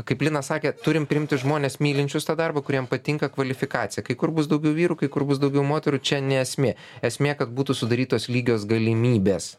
kaip linas sakė turim priimti žmones mylinčius tą darbą kuriem patinka kvalifikacija kai kur bus daugiau vyrų kai kur bus daugiau moterų čia ne esmė esmė kad būtų sudarytos lygios galimybės